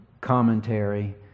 commentary